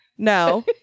no